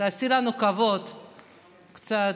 תעשי לנו כבוד קצת,